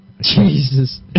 Jesus